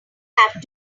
have